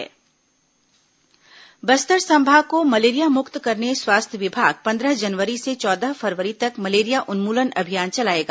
Bastar malaria उन्मुलन अभियान बस्तर संभाग को मलेरिया मुक्त करने स्वास्थ्य विभाग पंद्रह जनवरी से चौदह फरवरी तक मलेरिया उन्मूलन अभियान चलाएगा